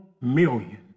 million